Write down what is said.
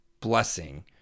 blessing